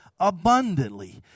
abundantly